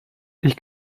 ich